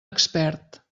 expert